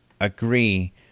agree